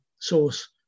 source